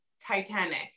Titanic